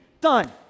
done